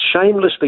shamelessly